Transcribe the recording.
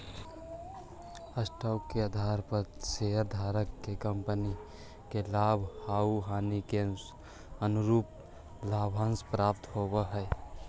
stock के आधार पर शेयरधारक के कंपनी के लाभ आउ हानि के अनुरूप लाभांश प्राप्त होवऽ हई